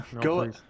Go